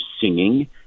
singing